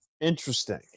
Interesting